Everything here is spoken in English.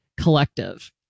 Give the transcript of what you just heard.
Collective